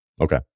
Okay